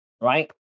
right